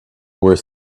were